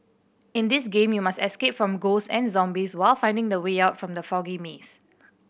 in this game you must escape from ghosts and zombies while finding the way out from the foggy maze